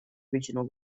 original